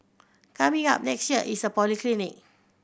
coming up next year is a polyclinic